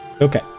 Okay